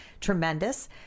tremendous